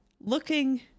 looking